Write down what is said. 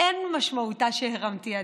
אין משמעותה שהרמתי ידיים.